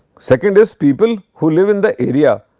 second is people who live in the area,